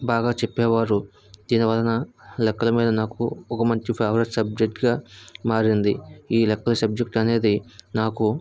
బాగా చెప్పేవారు దీని వలన లెక్కల మీద నాకు ఒక మంచి ఫేవరెట్ సబ్జెక్టుగా మారింది ఈ లెక్క సబ్జెక్ట్ అనేది నాకు